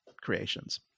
creations